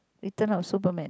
return of superman